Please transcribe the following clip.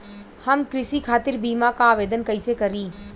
हम कृषि खातिर बीमा क आवेदन कइसे करि?